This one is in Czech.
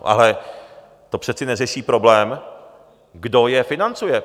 Ale to přece neřeší problém, kdo je financuje.